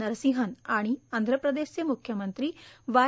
नरसिंहन आणि आंधप्रदेशचे मुख्यमंत्री वाय